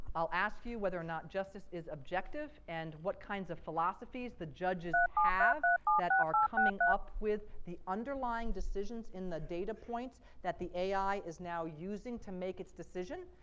i'll ask you whether or not justice is objective and what kinds of philosophies the judges have that are coming up with the underlying decisions in the data points that the ai is now using to make its decision?